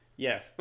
Yes